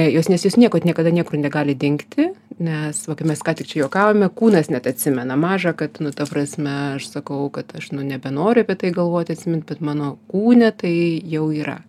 jos nes jūs nieko niekada niekur negali dingti nes va kaip mes ką tik čia juokavome kūnas net atsimena mažą kad nu ta prasme aš sakau kad aš nu nebenoriu apie tai galvot atsimint bet mano kūne tai jau yra